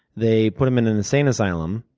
they put him in an insane asylum.